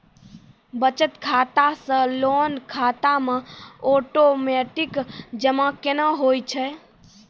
बचत खाता से लोन खाता मे ओटोमेटिक जमा केना होय छै?